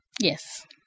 Yes